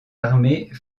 armées